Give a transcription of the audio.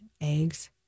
eggs